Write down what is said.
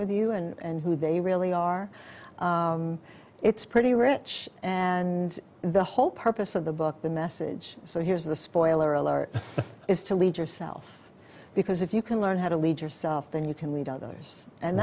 with you and who they really are it's pretty rich and the whole purpose of the book the message so here's the spoiler alert is to lead yourself because if you can and how to lead yourself then you can lead others and